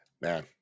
Man